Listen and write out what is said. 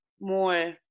more